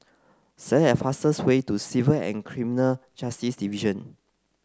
select the fastest way to Civil and Criminal Justice Division